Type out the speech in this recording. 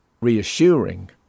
reassuring